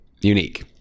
unique